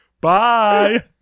Bye